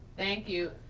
thank you.